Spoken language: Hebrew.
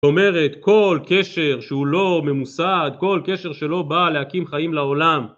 זאת אומרת כל קשר שהוא לא ממוסד, כל קשר שלא בא להקים חיים לעולם